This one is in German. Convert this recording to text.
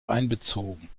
einbezogen